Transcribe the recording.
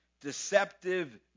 deceptive